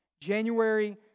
January